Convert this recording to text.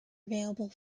available